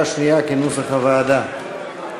כנוסח הוועדה,